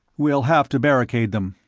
we'll have to barricade them.